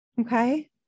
okay